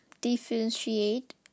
differentiate